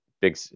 big